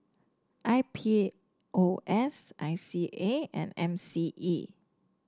I P O S I C A and M C E